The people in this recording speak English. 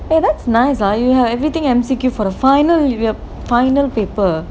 oh that's nice ah you have everything M_C_Q for a final final paper